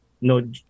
no